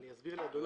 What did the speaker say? אני אסביר לאדוני.